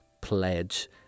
pledge